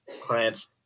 clients